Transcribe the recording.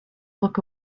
look